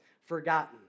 Forgotten